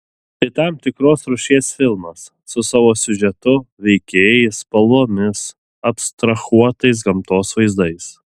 tai tam tikros rūšies filmas su savo siužetu veikėjais spalvomis abstrahuotais gamtos vaizdais